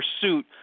pursuit